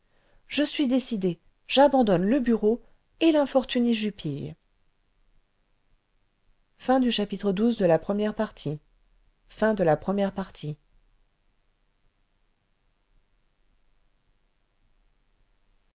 je suis décidée j'abandonne le barreau et l'infortuné jupille